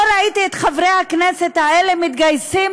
לא ראיתי את חברי הכנסת האלה מתגייסים